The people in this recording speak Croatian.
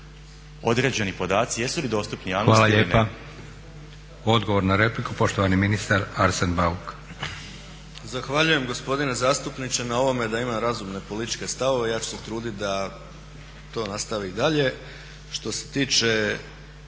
Hvala lijepa. Odgovor na repliku poštovani ministar Arsen Bauk.